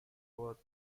worth